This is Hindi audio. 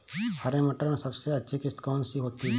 हरे मटर में सबसे अच्छी किश्त कौन सी होती है?